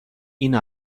این